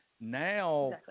Now